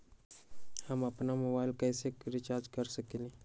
हम अपन मोबाइल कैसे रिचार्ज कर सकेली?